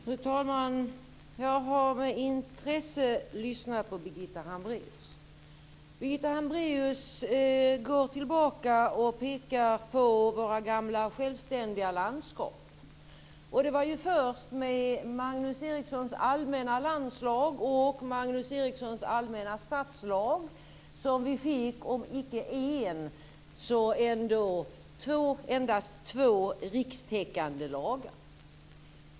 Fru talman! Jag har med intresse lyssnat på Birgitta Hambraeus. Hon går tillbaka och pekar på våra gamla självständiga landskap. Det var först med Erikssons allmänna stadslag som vi fick om icke en så endast två rikstäckande lagar.